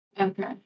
okay